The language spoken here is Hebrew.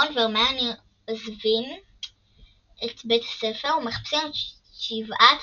רון והרמיוני עוזבים את בית הספר ומחפשים את שבעת